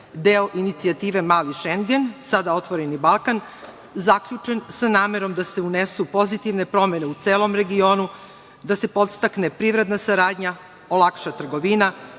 deo inicijative Mali Šengen, sada „Otvoreni Balkan“, zaključen sa namerom da se unesu pozitivne promene u celom regionu, da se podstakne privredna saradnja, olakša trgovina,